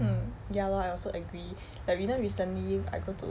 mm ya lor I also agree like you know recently I go to